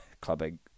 Clubbing